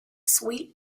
sweet